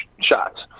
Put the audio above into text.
shots